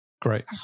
Great